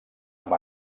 amb